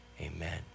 amen